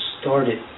started